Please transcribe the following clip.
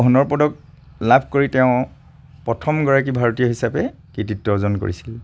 সোণৰ পদক লাভ কৰি তেওঁ প্ৰথম গৰাকী ভাৰতীয় হিচাপে কৃতিত্ব অৰ্জন কৰিছিল